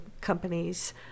companies